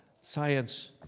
science